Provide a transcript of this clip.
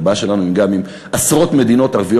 הבעיה שלנו היא גם עם עשרות מדינות ערביות